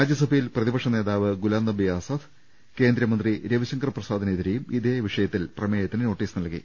രാജ്യസഭയിൽ പ്രതിപക്ഷ നേതാവ് ഗുലാം നബി ആസാദ് കേന്ദ്ര മന്ത്രി രവിശങ്കർ പ്രസാദിനെതിരെയും ഇതേ വിഷയത്തിൽ പ്രമേയത്തിന് നോട്ടീസ് നൽകി